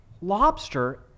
lobster